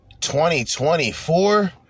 2024